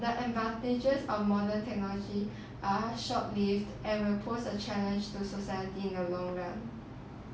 the advantages of modern technology are short lived and will pose a challenge to the society in the long run